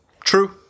true